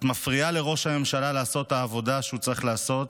את מפריעה לראש הממשלה לעשות את העבודה שהוא צריך לעשות,